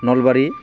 Nalbari